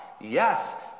Yes